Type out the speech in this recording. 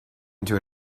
into